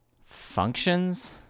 functions